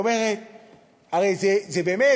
הרי באמת,